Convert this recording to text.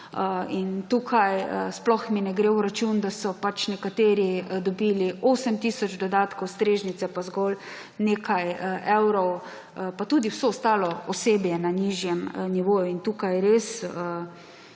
enako. Sploh mi ne gre v račun, da so nekateri dobili 8 tisoč dodatkov, strežnice pa zgolj nekaj evrov, pa tudi vso ostalo osebje na nižjem nivoju. Tukaj je